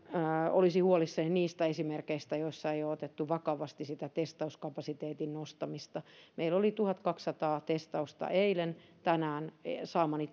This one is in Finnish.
olisin huolissani niistä esimerkeistä joissa ei ole otettu vakavasti sitä testauskapasiteetin nostamista meillä oli tuhatkaksisataa testausta eilen saamani